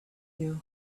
you